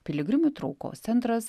piligrimų traukos centras